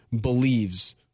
believes